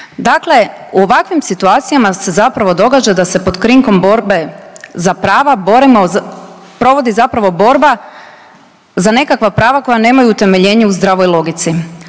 Dakle, u ovakvim situacijama se zapravo događa da se pod krinkom borbe za prava borimo, provodi zapravo borba za nekakva prava koja nemaju utemeljenje u zdravoj logici.